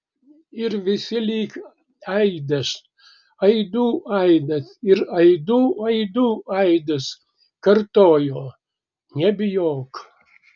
ir visi lyg aidas aidų aidas ir aidų aidų aidas kartojo nebijok